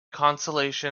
consolation